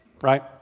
right